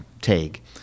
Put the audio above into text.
take